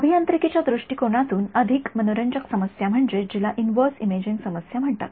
अभियांत्रिकीच्या दृष्टीकोनातून अधिक मनोरंजक समस्या म्हणजे जिला इन्व्हर्स इमेजिंग समस्या म्हणतात